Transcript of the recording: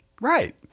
Right